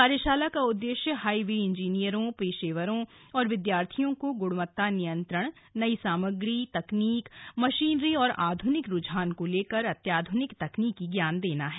कार्यशाला का उद्देश्य हाईवे इंजीनियरों पेशेवरों और विद्यार्थियों को गुणवत्ता नियंत्रण नई सामग्री तकनीक मशीनरी और आधुनिक रुझान को लेकर अत्याधुनिक तकनीकी ज्ञान देना है